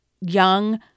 young